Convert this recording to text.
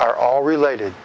are all related